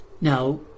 Now